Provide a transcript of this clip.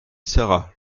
sara